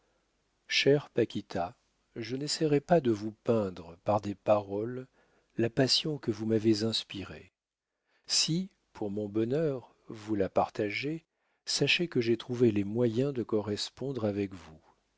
paquita je n'essaierai pas de vous peindre par des paroles la passion que vous m'avez inspirée si pour mon bonheur vous la partagez sachez que j'ai trouvé les moyens de correspondre avec vous